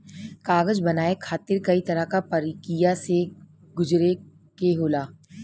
कागज बनाये खातिर कई तरह क परकिया से गुजरे के होला